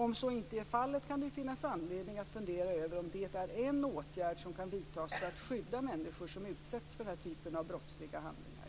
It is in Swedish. Om så inte är fallet kan det finnas anledning att fundera över om det är en åtgärd som kan vidtas för att skydda människor som utsätts för denna typ av brottsliga handlingar.